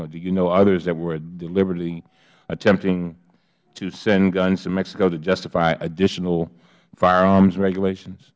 or do you know others that were deliberately attempting to send guns to mexico to justify additional firearms regulations